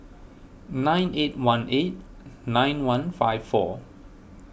nine eight one eight nine one five four